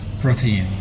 protein